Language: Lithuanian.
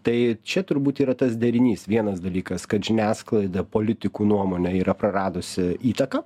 tai čia turbūt yra tas derinys vienas dalykas kad žiniasklaida politikų nuomone yra praradusi įtaką